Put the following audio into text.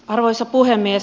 arvoisa puhemies